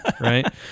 right